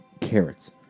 carrots